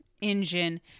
engine